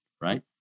Right